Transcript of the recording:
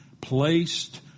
placed